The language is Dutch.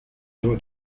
door